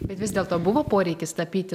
bet vis dėlto buvo poreikis tapyti